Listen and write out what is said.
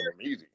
easy